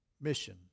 Mission